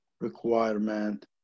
requirement